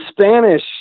Spanish